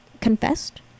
confessed